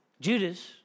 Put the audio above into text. Judas